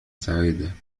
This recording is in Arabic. سعيدة